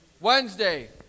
Wednesday